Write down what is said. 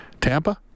Tampa